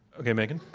ah yeah, megan? oh,